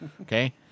Okay